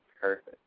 perfect